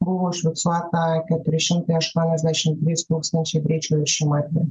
buvo užfiksuota keturi šimtai aštuoniasdešimt trys tūkstančiai greičio viršijimo atvejų